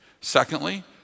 Secondly